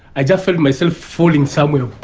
i just felt myself falling somewhere.